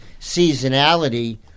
seasonality